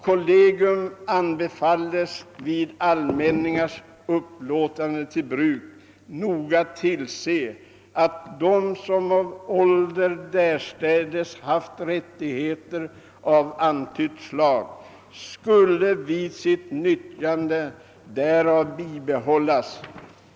Kollegium anbefalldes vid allmänningars upplåtande till bruk noga tillse, att de, som av ålder därstädes haft rättigheter av antytt slag, skulle vid sitt nyttjande därav bibehållas.